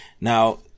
now